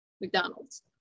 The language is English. McDonald's